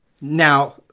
Now